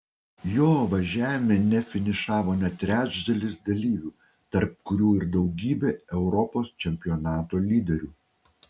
jo važiavime nefinišavo net trečdalis dalyvių tarp kurių ir daugybė europos čempionato lyderių